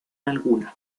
alguna